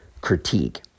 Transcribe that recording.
critique